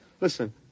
Listen